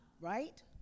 Right